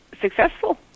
Successful